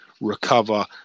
recover